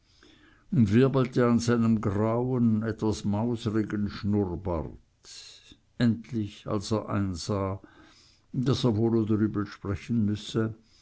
und wirbelte an seinem grauen etwas mausrigen schnurrbart endlich als er einsah daß er wohl oder übel sprechen müsse